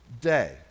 day